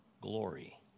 glory